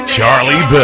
Charlie